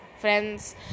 friends